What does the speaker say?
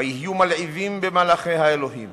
ויהיו מלעיבים במלאכי האלוהים